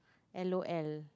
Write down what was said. L_O_L